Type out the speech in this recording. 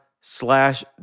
slash